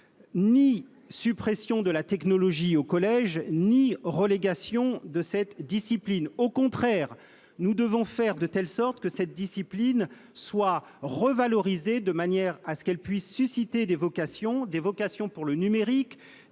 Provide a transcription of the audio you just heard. ni suppression de la technologie au collège ni relégation de cette discipline. Au contraire, nous devons faire en sorte que cette discipline soit revalorisée, afin qu'elle suscite des vocations pour le numérique,